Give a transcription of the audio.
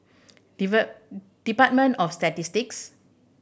Department of Statistics